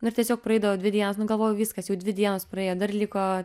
nu ir tiesiog praeidavo dvi dienos nu galvojau viskas jau dvi dienos praėjo dar liko